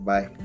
Bye